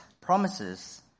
promises